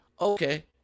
okay